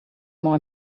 more